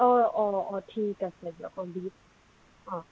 অঁ অঁ অঁ ঠিক আছে দিয়ক বুজিছোঁ